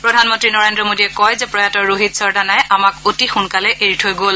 প্ৰধানমন্ত্ৰী নৰেন্দ্ৰ মোডীয়ে কয় যে প্ৰয়াত ৰোহিত সৰদানাই আমাক অতি সোনকালে এৰি থৈ গ'ল